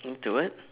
to what